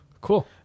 Cool